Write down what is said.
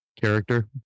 character